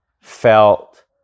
felt